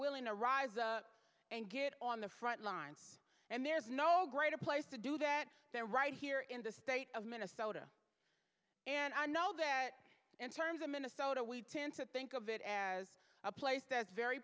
willing to rise and get on the front lines and there's no greater place to do that they're right here in the state of minnesota and i know that in terms of minnesota we tend to think of it as a place that's very